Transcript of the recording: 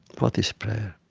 what is prayer?